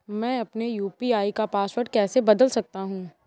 मैं अपने यू.पी.आई का पासवर्ड कैसे बदल सकता हूँ?